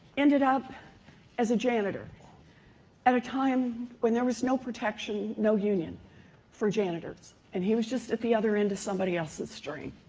ended up as a janitor at a time when there was no protection, no union for janitors, and he was just at the other end of somebody else's dream.